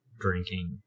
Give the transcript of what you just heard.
drinking